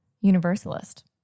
universalist